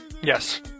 Yes